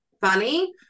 funny